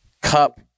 cup